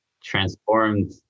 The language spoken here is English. transformed